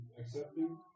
accepting